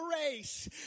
race